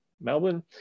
Melbourne